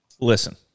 Listen